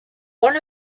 one